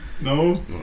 No